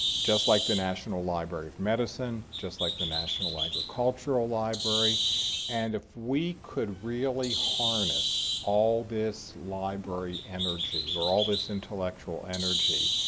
just like the national library of medicine, just like national agricultural library and if we could really harness all this library energy, or all this intellectual energy,